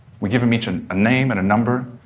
we give them each ah a name and a number.